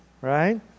right